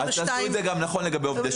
נכון.